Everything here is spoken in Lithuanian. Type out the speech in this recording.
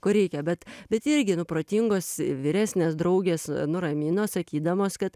ko reikia bet bet irgi nu protingos vyresnės draugės nuramino sakydamos kad